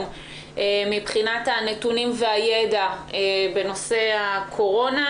מבחינת הנתונים והידע בנושא הקורונה,